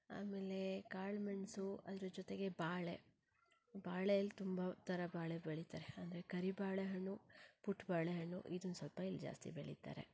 ಆಮೇಲೆ ಕಾಳು ಮೆಣಸು ಅದ್ರ ಜೊತೆಗೆ ಬಾಳೆ ಬಾಳೆಯಲ್ಲಿ ತುಂಬ ಥರ ಬಾಳೆ ಬೆಳೀತಾರೆ ಅಂದರೆ ಕರಿ ಬಾಳೆಹಣ್ಣು ಪುಟ್ಟ ಬಾಳೆಹಣ್ಣು ಇದನ್ನ ಸ್ವಲ್ಪ ಇಲ್ಲಿ ಜಾಸ್ತಿ ಬೆಳೀತಾರೆ